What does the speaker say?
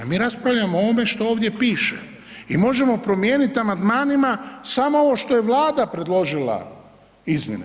Mi raspravljamo o ovome što ovdje piše i možemo promijeniti amandmanima samo ovo što je Vlada predložila izmjene.